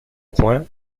point